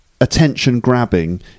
attention-grabbing